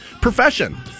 profession